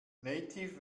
nativ